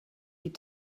die